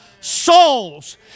souls